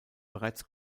bereits